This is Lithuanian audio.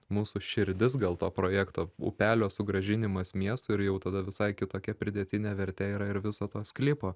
mūsų širdis gal to projekto upelio sugrąžinimas miestui ir jau tada visai kitokia pridėtinė vertė yra ir viso to sklypo